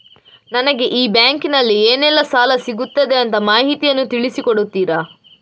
ನನಗೆ ಈ ಬ್ಯಾಂಕಿನಲ್ಲಿ ಏನೆಲ್ಲಾ ಸಾಲ ಸಿಗುತ್ತದೆ ಅಂತ ಮಾಹಿತಿಯನ್ನು ತಿಳಿಸಿ ಕೊಡುತ್ತೀರಾ?